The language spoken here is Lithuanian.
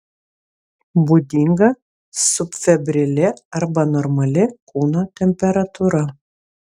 būdinga subfebrili arba normali kūno temperatūra